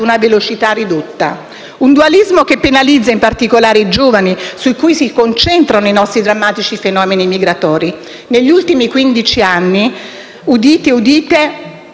una velocità ridotta. Un dualismo che penalizza in particolare i giovani, su cui si concentrano i nostri drammatici fenomeni migratori. Negli ultimi quindici anni - udite udite